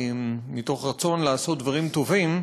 מתוך רצון לעשות דברים טובים,